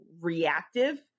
reactive